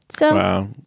Wow